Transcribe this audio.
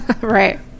right